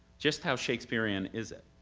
just how shakespearean is it?